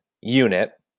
unit